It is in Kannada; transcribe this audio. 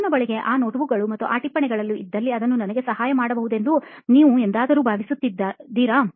ನನ್ನ ಬಳಿ ಆ ನೋಟ್ಬುಕ್ಗಳು ಮತ್ತು ಆ ಟಿಪ್ಪಣಿಗಳು ಇದ್ದಲ್ಲಿ ಅದು ನನಗೆ ಸಹಾಯ ಮಾಡಬಹುದೆಂದು ನೀವು ಎಂದಾದರೂ ಭಾವಿಸಿದ್ದೀರಾ